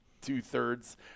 two-thirds